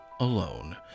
Alone